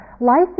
Life